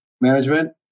management